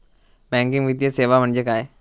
Banking वित्तीय सेवा म्हणजे काय?